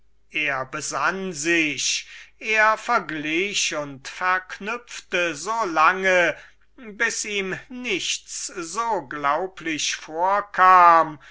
er besann sich er verglich und kombinierte so lange bis es ihm ganz glaublich vorkam